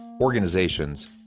organizations